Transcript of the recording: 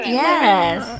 yes